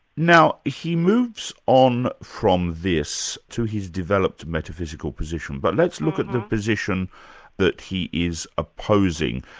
now he moves on from this to his developed metaphysical position, but let's look at the position that he is opposing,